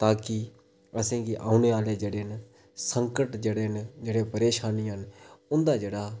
तांकि असें गी औने आह्ले जेह्ड़े न संकट जेह्ड़े न जेह्ड़ियां परेशानियां न उं'दा जेह्ड़ा साढ़े पर